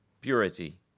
purity